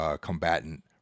combatant